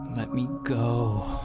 let me go